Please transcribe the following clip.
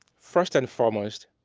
first and foremost,